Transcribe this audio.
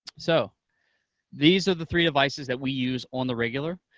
so these are the three devices that we use on the regular.